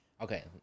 Okay